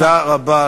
תודה רבה.